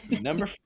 Number